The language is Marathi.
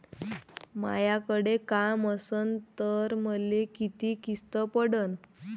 मायाकडे काम असन तर मले किती किस्त पडन?